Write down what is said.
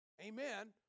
amen